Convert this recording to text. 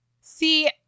See